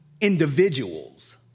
individuals